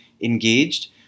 engaged